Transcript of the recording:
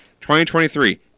2023